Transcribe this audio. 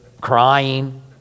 crying